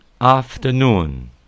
afternoon